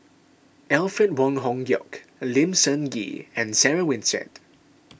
Alfred Wong Hong Kwok Lim Sun Gee and Sarah Winstedt